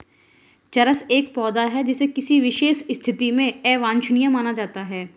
चरस एक पौधा है जिसे किसी विशेष स्थिति में अवांछनीय माना जाता है